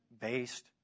based